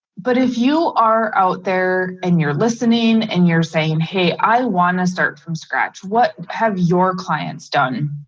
but if you are out there and you're listening and you're saying, hey, i want to start from scratch. what have your clients done?